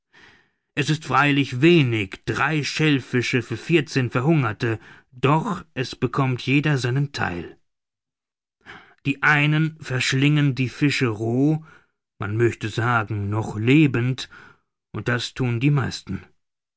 es ist freilich wenig drei schellfische für vierzehn verhungerte doch es bekommt jeder seinen theil die einen verschlingen die fische roh man möchte sagen noch lebend und das thun die meisten